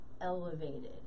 elevated